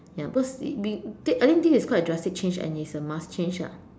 ya because we that I mean this is quite a drastic change and it's a must change ah